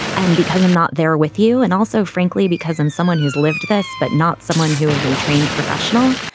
and because i'm not there with you and also, frankly, because i'm someone who's lived this but not someone who is a trained professional,